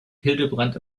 hildebrand